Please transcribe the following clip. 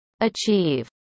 achieve